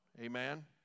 amen